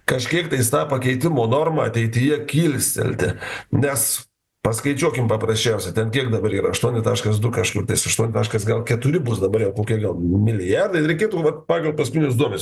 kažkiek tais tą pakeitimo normą ateityje kilstelti nes paskaičiuokim paprasčiausia kiek dabar yra aštuoni taškas du kažkur tais aštuoni taškas gal keturi bus dabar jau kokie gal milijardai reikėtų vat pagal paskutinius duomenis